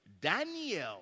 Daniel